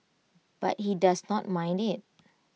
but he does not mind IT